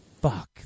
Fuck